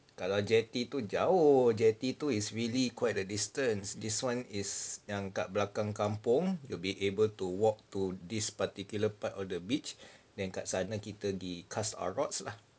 kalau jetty tu jauh jetty tu is really quite a distance this [one] is yang kat belakang kampung you'll be able to walk to this particular part of the beach then kat sana kita gi cast our rods lah